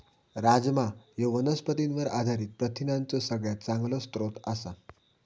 राजमा ह्यो वनस्पतींवर आधारित प्रथिनांचो सगळ्यात चांगलो स्रोत आसा